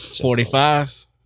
Forty-five